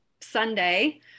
Sunday